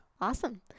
awesome